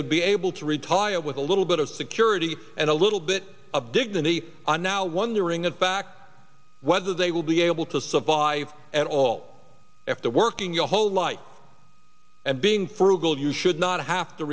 would be able to retire with a little bit of security and a little bit of dignity i'm now wondering in fact whether they will be able to survive at all after working your whole life and being frugal you should not have to